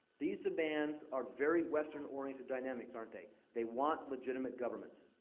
these demands are very western-oriented dynamics, aren't they? they want legitimate governments.